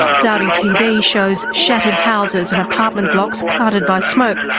saudi tv shows shattered houses and apartment blocks clouded by smoke,